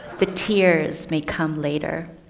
the tears may come later.